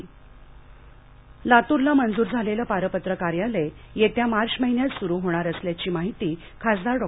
लातूरः लात्रला मंजूर झालेलं पारपत्र कार्यालय या येत्या मार्च महिन्यात स्रू होणार असल्याची माहिती खासदार डॉ